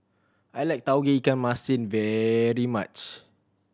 I like Tauge Ikan Masin very much